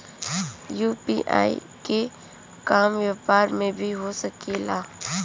UPI के काम व्यापार में भी हो सके ला?